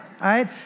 right